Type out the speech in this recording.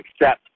accept